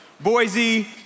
Boise